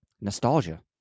nostalgia